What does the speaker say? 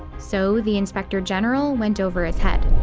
so the inspector general went over his head.